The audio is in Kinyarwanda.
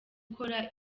gukora